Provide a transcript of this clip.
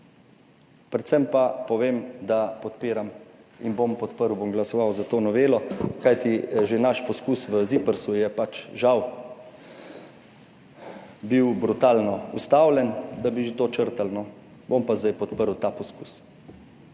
predvsem pa povem, da podpiram in bom podprl, bom glasoval za to novelo, kajti že naš poskus v ZIPRS je pač žal bil brutalno ustavljen, da bi že to črtali, no. Bom pa zdaj podprl ta poskus.